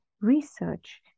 research